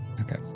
Okay